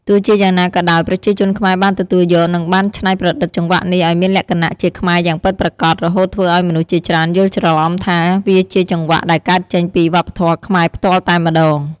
ទោះជាយ៉ាងណាក៏ដោយ ប្រជាជនខ្មែរបានទទួលយក និងបានច្នៃប្រឌិតចង្វាក់នេះឲ្យមានលក្ខណៈជាខ្មែរយ៉ាងពិតប្រាកដ រហូតធ្វើឲ្យមនុស្សជាច្រើនយល់ច្រឡំថាវាជាចង្វាក់ដែលកើតចេញពីវប្បធម៌ខ្មែរផ្ទាល់តែម្ដង។